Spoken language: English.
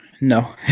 No